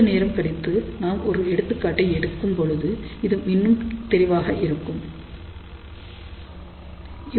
சிறிது நேரம் கழித்து நாம் ஒரு எடுத்துக்காட்டை எடுக்கும் பொழுது இது இன்னும் தெளிவாக புரியும்